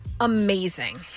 amazing